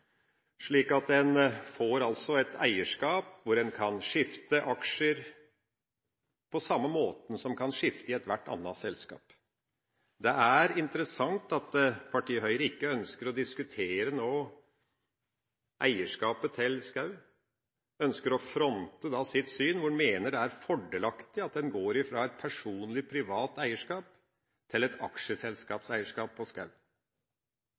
slik at man får et eierskap hvor man kan skifte aksjer på samme måten som man kan skifte i ethvert annet selskap. Det er interessant at partiet Høyre ikke ønsker å diskutere eierskapet til skog, ønsker å fronte sitt syn, der de mener det er fordelaktig at man går fra et personlig privat eierskap til et aksjeselskapseierskap på